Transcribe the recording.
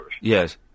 Yes